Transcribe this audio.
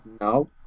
No